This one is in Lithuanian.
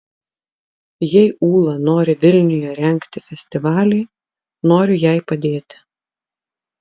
jei ūla nori vilniuje rengti festivalį noriu jai padėti